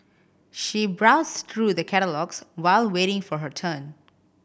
she browsed through the catalogues while waiting for her turn